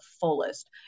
fullest